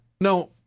No